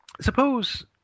suppose